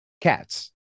cats